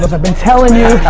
ah i've been telling you.